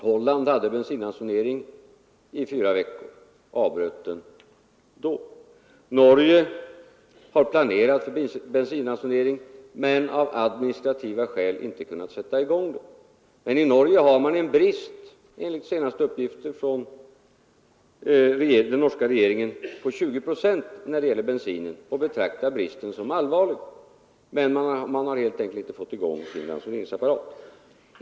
Holland hade bensinransonering i fyra veckor och avbröt den därefter. Norge har planerat bensinransonering men av administrativa skäl inte kunnat sätta i gång den. I Norge har man emellertid en brist, enligt senaste uppgifter från den norska regeringen, på 20 procent när det gäller bensinen och betraktar bristen som allvarlig, men man har helt enkelt inte fått i gång sin ransoneringsapparat.